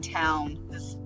town